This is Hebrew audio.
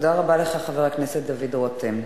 תודה רבה לך, חבר הכנסת דוד רותם.